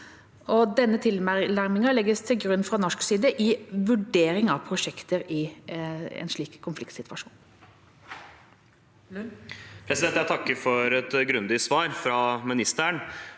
Denne tilnærmingen legges til grunn fra norsk side i vurdering av prosjekter i en slik konfliktsituasjon.